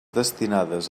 destinades